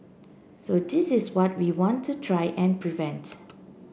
so this is what we want to try and prevent